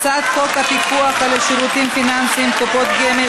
אנחנו מצביעים על הצעת חוק הפיקוח על שירותים פיננסיים (קופות גמל)